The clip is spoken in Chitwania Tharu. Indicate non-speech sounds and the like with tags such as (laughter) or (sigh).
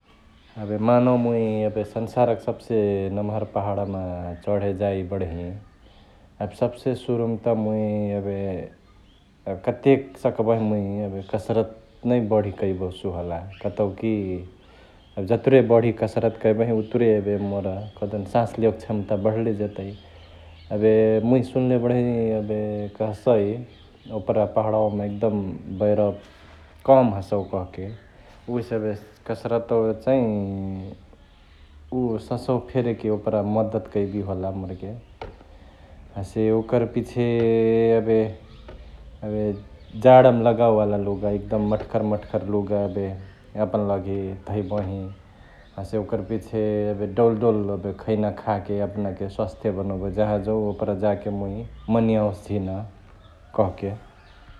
एबे मनौ मुइ एबे संसारक सब्से नम्हार पहडमा चढे जाईक बडही एबे सब्से सुरुमा त मुइ एबे यब कतेक सकबही मुइ एबे कसरत नै बढी कैबसु होला कतौकी एबे जतुरे बढी कसरत कैबही उतुरे एबे मोर कहदेउन सांस लेओके क्षमता बढ्ले जेतै । एबे मुइ सुन्ले बडही एबे कहसई ओपरा पहडवामा एकदम बयरावा कम हसौ कहके उहेसे एबे कसरतवा चैं (hesitation) उअ संसवा फेरेके ओपरा मद्दत कैबेहे होला मोरके । हसे ओकर पिछे एबे....एबे जाडमा लगवे वाला लुगा एकदम मठकर मठकर लुगा एबे यापन लागि धैबही । हसे ओकर पिछे एबे डौल डौल एबे खैना खाके एपना के स्वास्थ्य बनोबही जहाँजौ ओपरा जाके मुइ मन्याओस झिन कहके ।